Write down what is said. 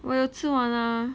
我有吃完啊